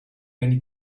many